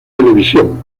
televisión